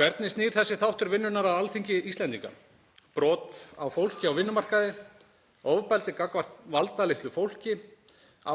Hvernig snýr þessi þáttur vinnunnar að Alþingi Íslendinga? Brot á fólki á vinnumarkaði, ofbeldi gagnvart valdalitlu fólki